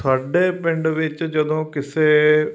ਸਾਡੇ ਪਿੰਡ ਵਿੱਚ ਜਦੋਂ ਕਿਸੇ